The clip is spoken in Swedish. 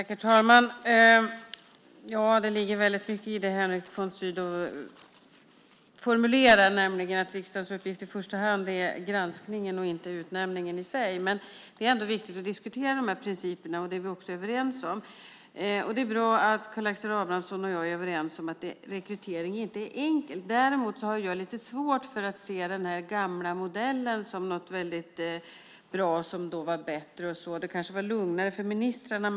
Herr talman! Det ligger väldigt mycket i det som Henrik von Sydow formulerar, nämligen att riksdagens uppgift i första hand är granskningen och inte utnämningarna i sig. Det är ändå viktigt att diskutera principerna, och det är vi också överens om. Det är bra att Karl Gustav Ambramsson och jag är överens om att rekryteringen inte är enkel. Däremot har jag lite svårt att se den gamla modellen som något som var bättre. Möjligen var det lugnare för ministrarna.